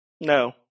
No